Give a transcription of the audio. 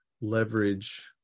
leverage